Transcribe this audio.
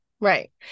Right